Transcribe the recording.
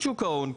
ברשות שוק ההון,